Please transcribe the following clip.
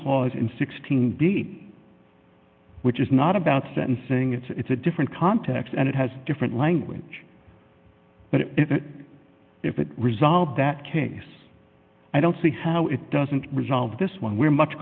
clause in sixteen which is not about sentencing it's a different context and it has different language but if it resolved that case i don't see how it doesn't resolve this one we're much